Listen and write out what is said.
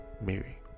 mary